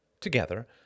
together